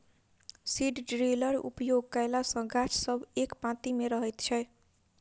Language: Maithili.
सीड ड्रिलक उपयोग कयला सॅ गाछ सब एक पाँती मे रहैत छै